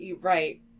right